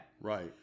Right